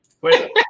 Wait